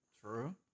True